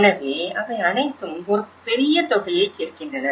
எனவே அவை அனைத்தும் ஒரு பெரிய தொகையைச் சேர்க்கின்றன